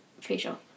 facial